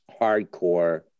hardcore